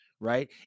Right